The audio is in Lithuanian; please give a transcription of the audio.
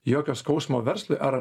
jokio skausmo verslui ar